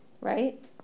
right